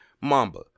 mamba